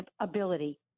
ability